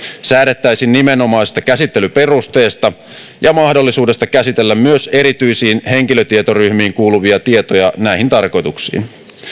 säädettäisiin nimenomaisesta käsittelyperusteesta ja mahdollisuudesta käsitellä myös erityisiin henkilötietoryhmiin kuuluvia tietoja näihin tarkoituksiin